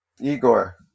Igor